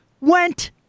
went